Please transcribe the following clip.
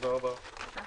הישיבה